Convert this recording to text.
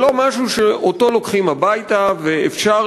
ולא משהו שלוקחים אותו הביתה ואפשר